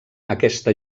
aquesta